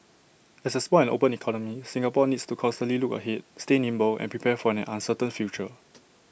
as A small and open economy Singapore needs to constantly look ahead stay nimble and prepare for an uncertain future